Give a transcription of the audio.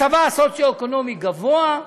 מצבה הסוציו-אקונומי גבוה,